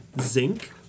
zinc